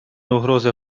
угрозы